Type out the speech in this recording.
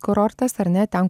kurortas ar ne ten